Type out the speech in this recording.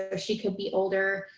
ah she could be older,